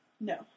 No